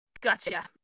Gotcha